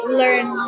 learn